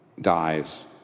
dies